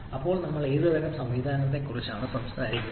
ഇപ്പോൾ നമ്മൾ ഏതുതരം സംവിധാനത്തെക്കുറിച്ചാണ് സംസാരിക്കുന്നത്